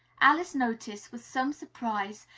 alice noticed, with some surprise,